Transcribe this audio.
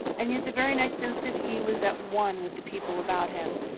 and yet the very next instant he was at one with the people about him,